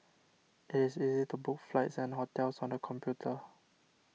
it is easy to book flights and hotels on the computer